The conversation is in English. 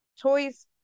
toys